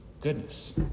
Goodness